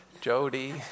Jody